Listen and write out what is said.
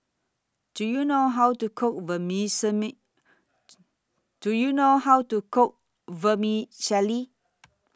Do YOU know How to Cook Do YOU know How to Cook Vermicelli